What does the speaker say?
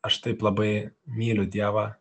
aš taip labai myliu dievą